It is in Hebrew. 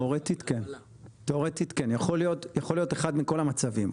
יכול להיות אחד מכל המצבים,